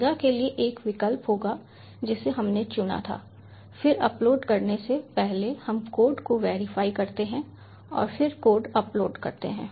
mega के लिए एक विकल्प होगा जिसे हमने चुना था फिर अपलोड करने से पहले हम कोड को वेरीफाई करते हैं और फिर कोड अपलोड करते हैं